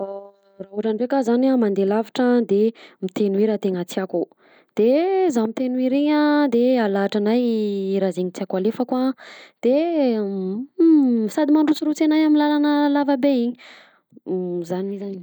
Raha ohatra dreky ahy zany mandeha lavitra de miteno hira tena tiàko de zaho miteno hira iny a de alahitranahy hira zegny tiàko alefako a de sady mandrosirosy anahy amin'ny lalana lava be iny zany izy zany.